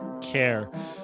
care